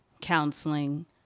counseling